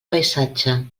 paisatge